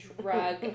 drug